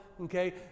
Okay